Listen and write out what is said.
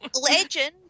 Legend